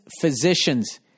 physicians